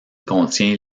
contient